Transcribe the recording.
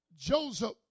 Joseph